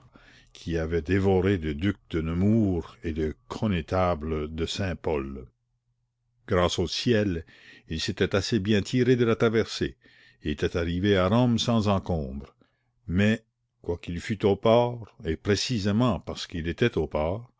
qui avaient dévoré le duc de nemours et le connétable de saint-pol grâce au ciel il s'était assez bien tiré de la traversée et était arrivé à rome sans encombre mais quoiqu'il fût au port et précisément parce qu'il était au port